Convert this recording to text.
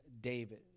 David